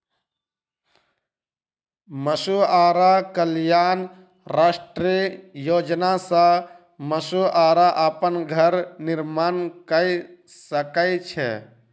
मछुआरा कल्याण राष्ट्रीय योजना सॅ मछुआरा अपन घर निर्माण कय सकै छै